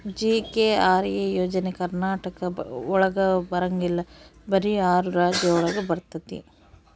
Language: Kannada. ಜಿ.ಕೆ.ಆರ್.ಎ ಯೋಜನೆ ಕರ್ನಾಟಕ ಒಳಗ ಬರಂಗಿಲ್ಲ ಬರೀ ಆರು ರಾಜ್ಯ ಒಳಗ ಬರ್ತಾತಿ